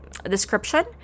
description